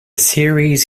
series